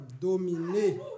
dominé